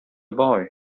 boy